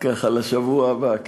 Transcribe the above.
לשבוע הבא.